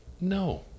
no